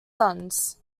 sons